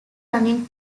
running